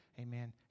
Amen